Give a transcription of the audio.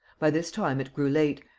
by this time it grew late,